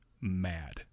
mad